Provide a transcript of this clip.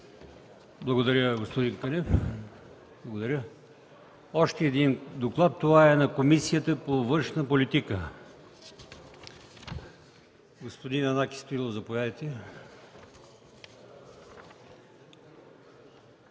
Благодаря, господин Кънев. Има още един доклад. Това е на Комисията по външна политика. Господин Янаки Стоилов, заповядайте.